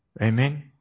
Amen